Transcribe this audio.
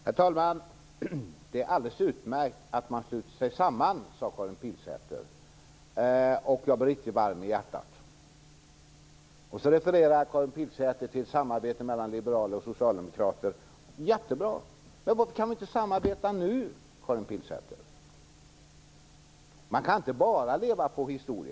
Herr talman! Det är alldeles utmärkt att man sluter sig samman, sade Karin Pilsäter. Jag blev riktigt varm i hjärtat. Sedan refererar Karin Pilsäter till samarbetet mellan liberaler och socialdemokrater. Det är jättebra. Varför kan vi inte samarbeta nu, Karin Pilsäter? Man kan inte bara leva på historia.